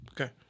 Okay